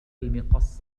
المقص